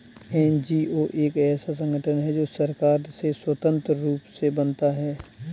NGO एक ऐसा संगठन है जो सरकार से स्वतंत्र रूप से बनता है